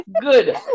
Good